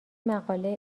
مقاله